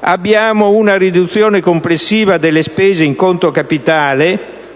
Abbiamo una riduzione complessiva delle spese in conto capitale